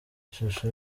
ishusho